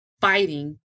fighting